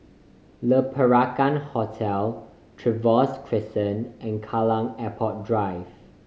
Le Peranakan Hotel Trevose Crescent and Kallang Airport Drive